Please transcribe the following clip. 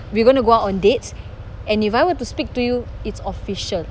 we're going to go out on dates and if I were to speak to you it's official